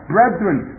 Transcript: Brethren